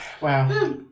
Wow